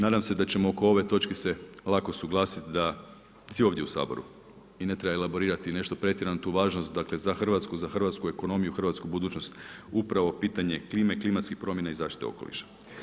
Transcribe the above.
Nadam se da ćemo oko ove točke se lako suglasiti da svi ovdje u Saboru i ne treba elaborirati pretjerano nešto pretjerano tu važnost za Hrvatsku, za hrvatsku ekonomiju, hrvatsku budućnost upravo pitanje klime, klimatskih promjena i zaštite okoliša.